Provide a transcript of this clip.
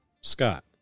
Scott